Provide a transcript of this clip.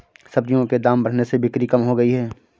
सब्जियों के दाम बढ़ने से बिक्री कम हो गयी है